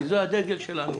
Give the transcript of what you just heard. כי זה הדגל שלנו.